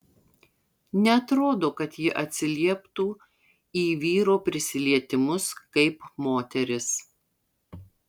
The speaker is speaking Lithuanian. neatrodo kad ji atsilieptų į vyro prisilietimus kaip moteris